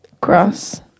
Grass